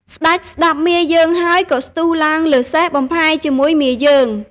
ស្តេចស្តាប់មាយើងហើយក៏ស្ទុះឡើងលើសេះបំផាយជាមួយមាយើង។